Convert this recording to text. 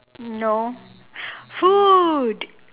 no food